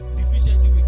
deficiency